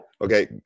Okay